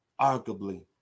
arguably